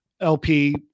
LP